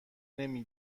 نمی